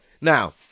Now